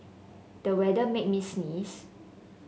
the weather made me sneeze